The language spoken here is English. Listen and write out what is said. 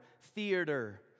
theater